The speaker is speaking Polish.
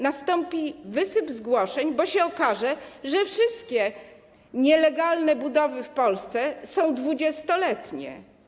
Nastąpi wysyp zgłoszeń, bo się okaże, że wszystkie nielegalne budowy w Polsce są 20-letnie.